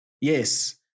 yes